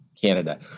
Canada